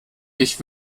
ich